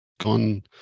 gone